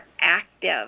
active